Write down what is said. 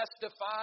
testify